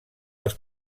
els